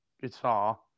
guitar